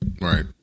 Right